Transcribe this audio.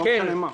לא משנה מה.